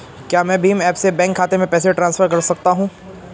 क्या मैं भीम ऐप से बैंक खाते में पैसे ट्रांसफर कर सकता हूँ?